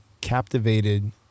captivated